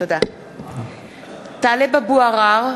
(קוראת בשמות חברי הכנסת) טלב אבו עראר,